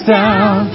down